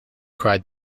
cried